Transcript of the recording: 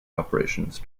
operations